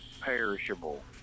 perishable